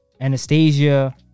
Anastasia